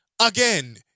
again